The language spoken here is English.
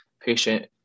patient